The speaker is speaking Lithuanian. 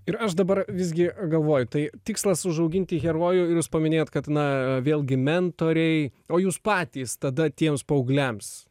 ir aš dabar visgi galvoju tai tikslas užauginti herojų ir jūs paminėjot kad na vėlgi mentoriai o jūs patys tada tiems paaugliams